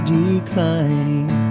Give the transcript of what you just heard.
declining